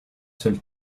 seule